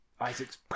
Isaac's